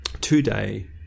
Today